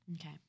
Okay